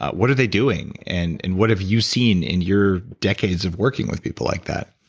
what are they doing and and what have you seen in your decades of working with people like that?